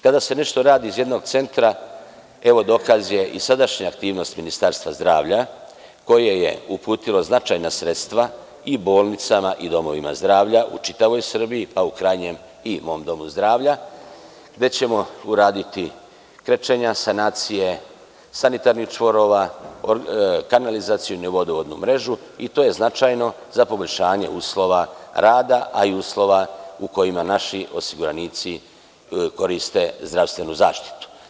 Kada se nešto radi iz jednog centra, evo dokaz je i sadašnja aktivnost Ministarstva zdravlja, koje je uputilo značajna sredstva i bolnicama i domovima zdravlja u čitavoj Srbiji, pa u krajnjem i mom domu zdravlja gde ćemo uraditikrečenja, sanacije sanitarnih čvorova, kanalizacionu i vodovodnu mrežu i to je značajno za poboljšanje uslova rada a i uslova u kojima naši osiguranici koriste zdravstvenu zaštitu.